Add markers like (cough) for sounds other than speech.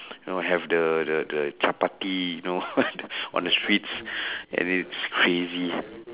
you know have the the the chapati you know (laughs) (breath) on the streets and it's crazy